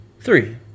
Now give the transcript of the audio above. Three